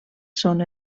són